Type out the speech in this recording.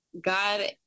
God